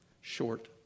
short